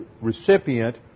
recipient